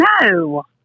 No